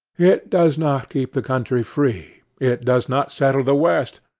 it does not keep the country free. it does not settle the west.